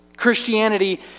Christianity